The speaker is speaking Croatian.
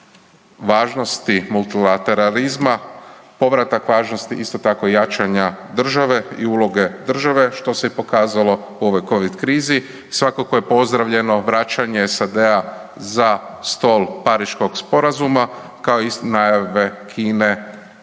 važnosti multilatelarizma, povratak važnosti, isto tako i jačanja države i uloge države, što se i pokazalo u ovoj covid krizi. I svakako je pozdravljeno vraćanje SAD-a za stol Pariškog sporazuma, kao najave Kine